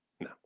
No